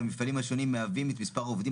במפעלים השונים מאבדים את מספר העובדים